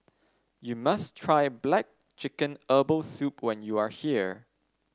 you must try black chicken Herbal Soup when you are here